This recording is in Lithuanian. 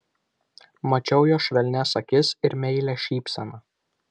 mačiau jo švelnias akis ir meilią šypseną